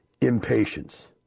impatience